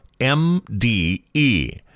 MDE